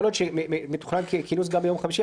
יכול להיות שמתוכנן כינוס גם ביום חמישי.